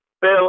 Bill